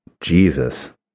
Jesus